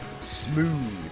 Smooth